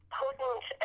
potent